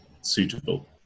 suitable